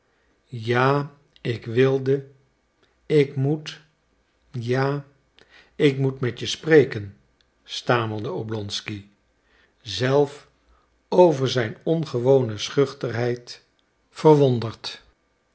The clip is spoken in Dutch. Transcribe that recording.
ja ik wilde ik moet ja ik moet met je spreken stamelde oblonsky zelf over zijn ongewone schuchterheid verwonderd